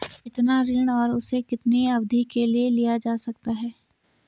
कितना ऋण और उसे कितनी अवधि के लिए लिया जा सकता है?